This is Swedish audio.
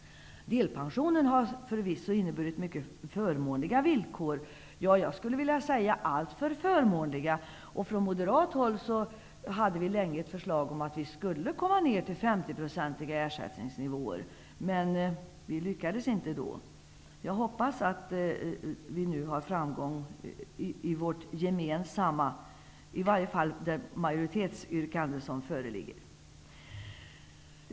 Delpensionen har förvisso inneburit mycket förmånliga villkor. Ja, jag skulle vilja säga alltför förmånliga. Från moderat håll hade vi länge ett förslag om att man skulle komma ner till 50 % ersättningsnivå, men vi lyckades inte då. Jag hoppas att vi nu når framgång med det gemensamma majoritetsyrkande som föreligger.